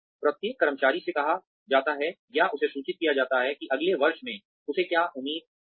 प्रत्येक कर्मचारी से कहा जाता है या उसे सूचित किया जाता है कि अगले वर्ष में उसे क्या उम्मीद है